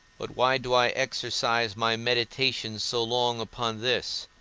but why do i exercise my meditation so long upon this,